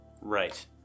Right